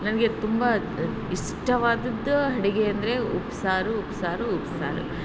ನನಗೆ ತುಂಬ ಇಷ್ಟವಾದದ್ದು ಅಡ್ಗೆ ಅಂದರೆ ಉಪ್ಸಾರು ಉಪ್ಸಾರು ಉಪ್ಸಾರು